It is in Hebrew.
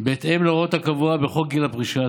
בהתאם להוראות הקבועות בחוק גיל פרישה,